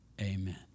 amen